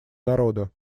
народа